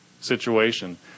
situation